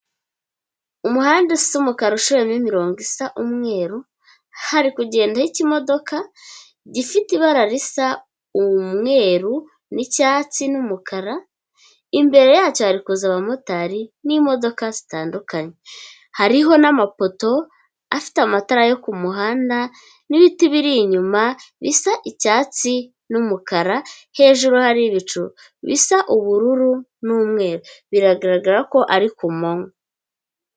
Umuhanda use umukara usharuyemo imirongo isa umweru, hari kugendaho ikimodoka gifite ibara risa umweru n'icyatsi n'umukara, imbere yacyo hari kuza abamotari n'imodoka zitandukanye, hariho n'amapoto afite amatara yo ku muhanda n'ibiti biri inyuma bisa icyatsi n'umukara, hejuru hari ibicu bisa ubururu n'umweru biragaragara ko ari ku manywa.